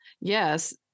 yes